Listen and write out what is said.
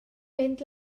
mynd